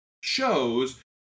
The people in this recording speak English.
shows